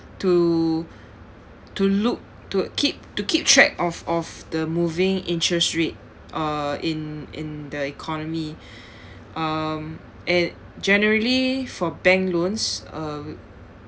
to to look to keep to keep track of of the moving interest rate uh in in the economy um and generally for bank loans um